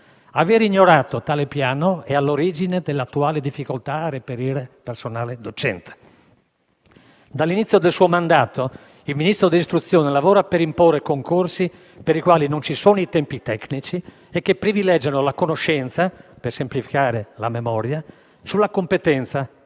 Aver ignorato tale piano è all'origine dell'attuale difficoltà a reperire personale docente. Dall'inizio del suo mandato, il Ministro dell'istruzione lavora per imporre concorsi per i quali non ci sono i tempi tecnici e che privilegiano la conoscenza (per semplificare, la memoria) sulla competenza